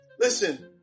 listen